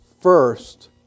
First